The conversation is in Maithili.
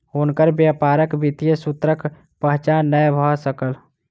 हुनकर व्यापारक वित्तीय सूत्रक पहचान नै भ सकल